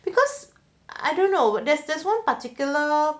because I don't know but there's there's one particular